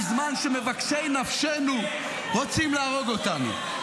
בזמן שמבקשי נפשנו רוצים להרוג אותנו?